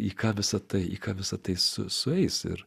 į ką visa tai ką visa tai su sueis ir